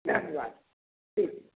जय हनुमान ठीक